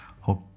Hope